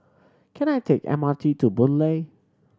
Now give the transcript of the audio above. can I take the M R T to Boon Lay